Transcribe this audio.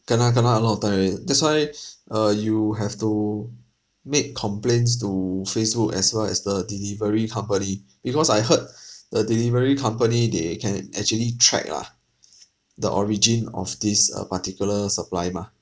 kena kena a lot of time already that's why uh you have to make complaints to facebook as well as the delivery company because I heard the delivery company they can actually track lah the origin of this uh particular supplier mah